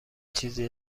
چیزی